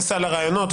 הנושא על סדר היום: